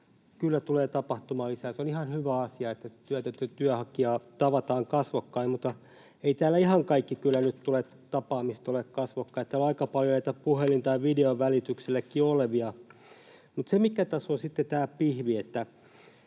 Kyllä tulee tapahtumaan lisää, ja se on ihan hyvä asia, että työtöntä työnhakijaa tavataan kasvokkain, mutta eivät täällä ihan kaikki tapaamiset kyllä nyt ole kasvokkain. Täällä on aika paljon näitä puhelimen tai videon välityksellä oleviakin. Mutta se, mikä tässä on tämä pihvi,